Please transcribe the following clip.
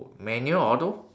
manual or auto